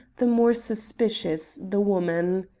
the more suspicious the woman.